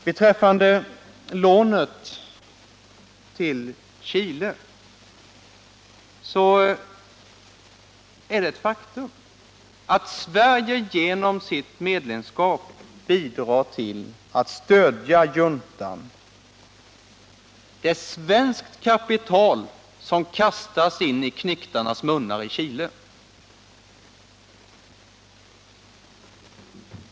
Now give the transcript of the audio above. Beträffande lånet till Chile så är det ett faktum att Sverige genom sitt medlemskap i utvecklingsbanken bidrar till att stödja juntan. Det är svenskt kapital som kastas in i knektarnas munnar i Chile.